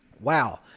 wow